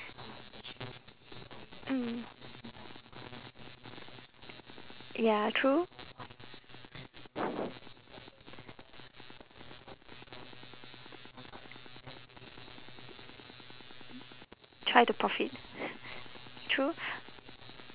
mm ya true try to profit true